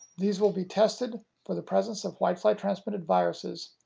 these will be tested for the presence of whitefly-transmitted viruses,